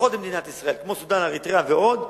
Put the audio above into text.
הסמוכות למדינת ישראל, סודן, אריתריאה ועוד,